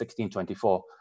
1624